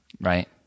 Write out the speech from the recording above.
right